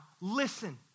listen